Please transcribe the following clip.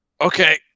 Okay